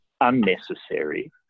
unnecessary